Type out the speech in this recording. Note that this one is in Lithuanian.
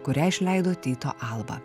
kurią išleido tyto alba